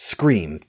Scream